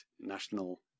national